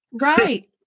right